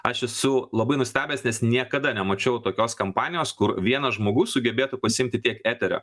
aš esu labai nustebęs nes niekada nemačiau tokios kampanijos kur vienas žmogus sugebėtų pasiimti tiek eterio